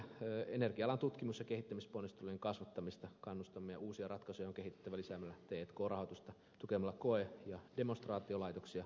energia alan tutkimus ja kehittämisponnistelujen kasvattamista kannustamme ja uusia ratkaisuja on kehitettävä lisäämällä t k rahoitusta tukemalla koe ja demonstraatiolaitoksia